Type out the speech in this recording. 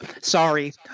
Sorry